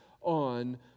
on